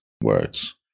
Words